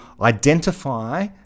identify